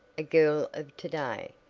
a girl of to-day